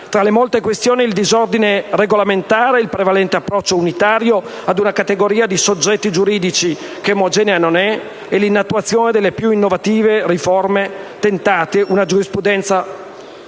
tra le molte questioni, il disordine regolamentare, il prevalente approccio unitario ad una categoria di soggetti giuridici che omogenea non è, la mancata delle più innovative riforme tentate, una giurisprudenza